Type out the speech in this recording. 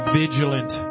vigilant